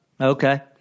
okay